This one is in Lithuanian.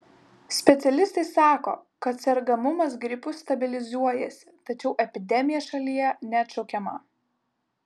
specialistai sako kad sergamumas gripu stabilizuojasi tačiau epidemija šalyje neatšaukiama